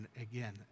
again